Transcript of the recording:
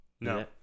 No